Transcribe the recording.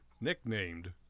Nicknamed